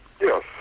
Yes